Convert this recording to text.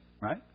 right